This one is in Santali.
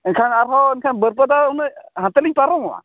ᱮᱱᱠᱷᱟᱱ ᱟᱨᱦᱚᱸ ᱮᱱᱠᱷᱟᱱ ᱵᱟᱹᱨᱯᱟᱫᱟ ᱩᱱᱟᱹᱜ ᱦᱟᱱᱛᱮᱞᱤᱧ ᱯᱟᱨᱚᱢᱚᱜᱼᱟ